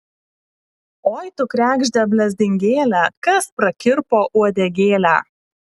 oi tu kregžde blezdingėle kas prakirpo uodegėlę